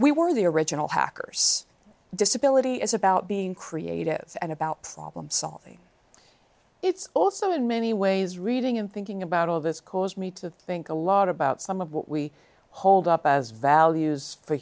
we were the original hackers disability is about being creative and about problem solving it's also in many ways reading and thinking about all of this caused me to think a lot about some of what we hold up as values for